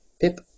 Pip